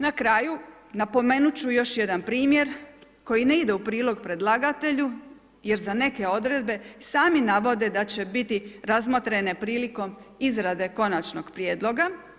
Na kraju, napomenut ću još jedan primjer koji ne ide u prilog predlagatelju jer za neke odredbe sami navode da će biti razmotrene prilikom izrade konačnog prijedloga.